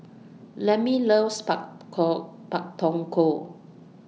Lemmie loves Par call Pak Thong Ko